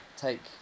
take